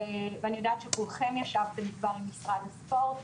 ואני יודעת שכולכם ישבתם כבר עם משרד הספורט,